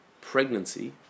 pregnancy